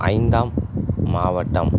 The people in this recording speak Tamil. ஐந்தாம் மாவட்டம்